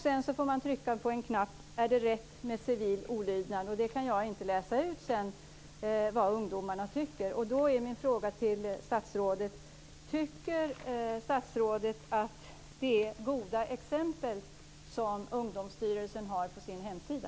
Sedan får man trycka på en knapp med rubriken "Är det rätt med civil olydnad?" Där kan jag inte läsa ut vad ungdomarna tycker. Då är min fråga till statsrådet: Tycker statsrådet att det är goda exempel som Ungdomsstyrelsen har på sin hemsida?